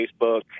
Facebook